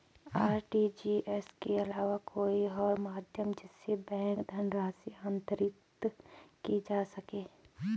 RTGS के अलावा कोई और माध्यम जिससे बैंक धनराशि अंतरित की जा सके?